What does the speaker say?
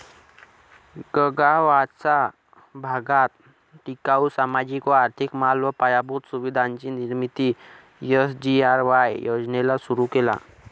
गगावाचा भागात टिकाऊ, सामाजिक व आर्थिक माल व पायाभूत सुविधांची निर्मिती एस.जी.आर.वाय योजनेला सुरु केला